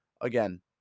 again